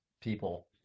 people